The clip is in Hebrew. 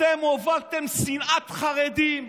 אתם הובלתם שנאת חרדים,